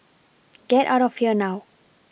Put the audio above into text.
get out of here now